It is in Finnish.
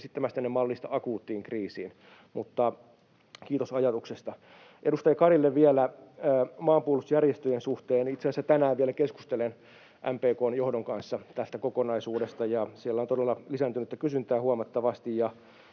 esittämästänne mallista akuuttiin kriisiin, mutta kiitos ajatuksesta. Edustaja Karille vielä maanpuolustusjärjestöjen suhteen: Itse asiassa tänään vielä keskustelen MPK:n johdon kanssa tästä kokonaisuudesta, ja siellä on todella lisääntynyttä kysyntää huomattavasti.